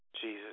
Jesus